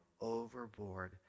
overboard